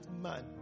man